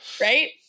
right